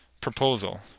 proposal